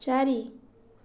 ଚାରି